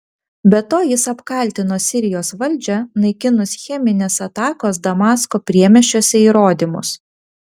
be to jis apkaltino sirijos valdžią naikinus cheminės atakos damasko priemiesčiuose įrodymus